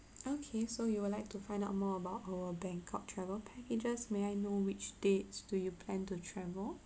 okay so you would like to find out more about our bangkok travel packages may I know which dates do you plan to travel